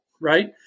right